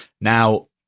Now